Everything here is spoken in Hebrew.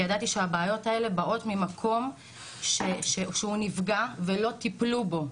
כי ידעתי שהבעיות האלה באות ממקום שהוא נפגע ולא טיפלו בו.